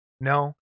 No